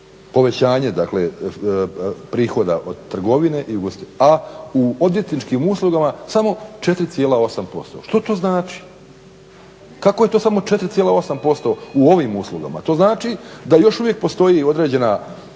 povećanje dakle prihoda od trgovine a u odvjetničkim uslugama samo 4,8%, što to znači? Kako je to samo 4,8% u ovim uslugama? To znači da još uvijek postoji određena